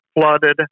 flooded